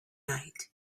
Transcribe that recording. night